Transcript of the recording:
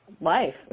life